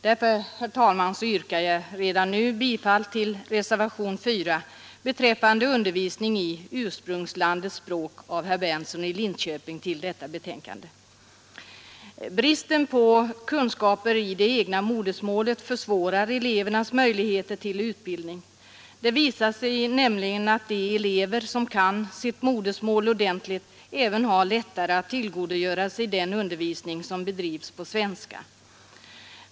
Därför yrkar jag, herr talman, redan nu bifall till reservationen 4 av herr Berndtson i Linköping beträffande undervisning i ursprungslandets språk. Bristen på kunskap i det egna modersmålet försvårar elevernas möjligheter till utbildning. Det visar sig nämligen att de elever som kan sitt modersmål ordentligt även har lättare att tillgodogöra sig den undervisning som bedrivs på svenska.